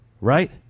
Right